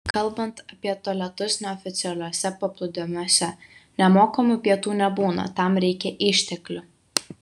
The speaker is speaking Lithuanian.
kalbant apie tualetus neoficialiuose paplūdimiuose nemokamų pietų nebūna tam reikia išteklių